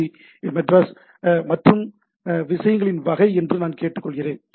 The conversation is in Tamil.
டி மெட்ராஸ் மற்றும் விஷயங்களின் வகை என்று நான் கேட்டுக்கொள்கிறேன்